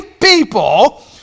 people